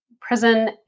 prison